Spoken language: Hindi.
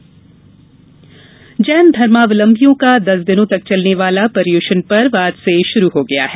जैन धर्म जैन धर्मावलंबीयों का दस दिनों तक चलने वाला पर्युषण पर्व आज से शुरू हो गया है